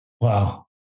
Wow